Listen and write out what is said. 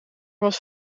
was